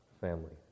family